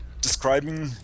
describing